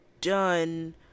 done